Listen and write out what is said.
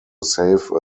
save